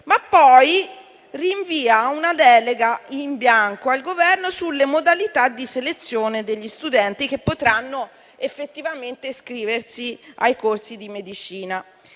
ma poi rinvia a una delega in bianco al Governo sulle modalità di selezione degli studenti che potranno effettivamente iscriversi ai corsi di medicina: